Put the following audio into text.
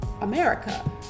America